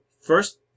first